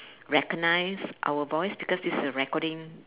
recognise our voice because this is a recording